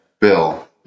Bill